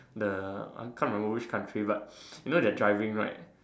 the I can't remember which country but you know the driving right